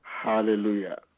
Hallelujah